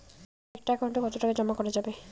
একটা একাউন্ট এ কতো টাকা জমা করা যাবে?